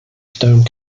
stone